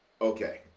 okay